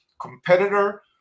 competitor